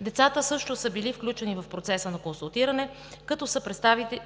Децата също са били включени в процеса на консултиране, като са